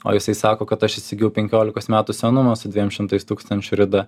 o jisai sako kad aš įsigijau penkiolikos metų senumo su dviem šimtais tūkstančių rida